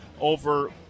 over